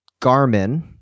Garmin